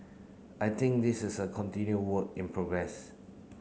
I think this is a continue work in progress